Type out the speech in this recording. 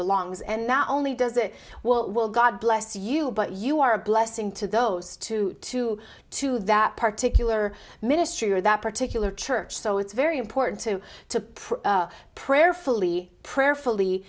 belongs and not only does it well god bless you but you are a blessing to those two to two that particular ministry or that particular church so it's very important to you to prove prayerfully prayerfully